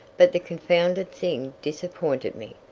but the confounded thing disappointed me.